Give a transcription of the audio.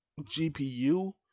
GPU